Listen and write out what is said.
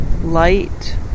light